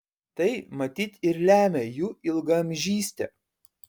tai matyt ir lemia jų ilgaamžystę